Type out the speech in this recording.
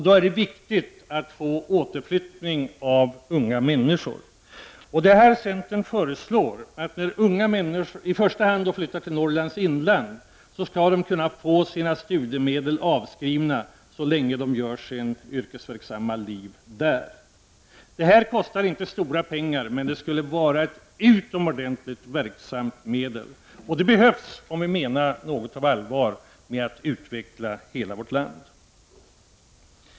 Då är det viktigt att få unga människor att återinflytta. Centern föreslår därför att unga människor som i första hand flyttar till Norrlands inland skall kunna få sina studiemedel avskrivna så länge de har sitt yrkesverksamma liv där. Detta kostar inte så mycket pengar; men det skulle vara ett utomordentligt verksamt medel. Det behövs om vi menar allvar med vårt tal att utveckla hela vårt land.